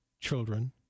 children